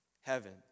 heaven